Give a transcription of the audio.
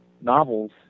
Novels